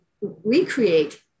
recreate